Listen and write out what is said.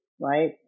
right